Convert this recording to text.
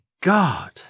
God